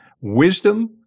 wisdom